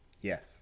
Yes